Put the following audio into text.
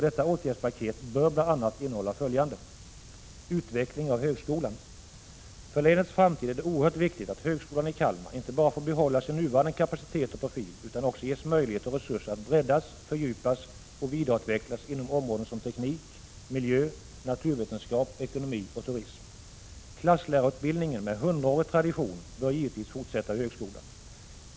Detta åtgärdspaket bör bl.a. innehålla följande: För länets framtid är det oerhört viktigt att högskolan i Kalmar inte bara får behålla sin nuvarande kapacitet och profil utan också ges möjligheter och resurser att breddas, fördjupas och vidareutvecklas inom områden som teknik, miljö, naturvetenskap, ekonomi och turism. Klasslärarutbildningen med hundraårig tradition bör givetvis fortsätta vid högskolan.